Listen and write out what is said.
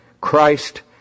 Christ